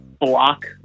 block